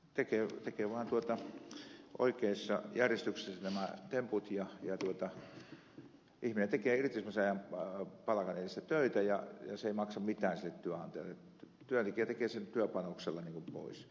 tekee vaan oikeassa järjestyksessä nämä temput ja ihminen tekee irtisanomisajan palkan edestä töitä ja irtisanominen ei maksa mitään sille työnantajalle kun työntekijä tekee sen työpanoksella pois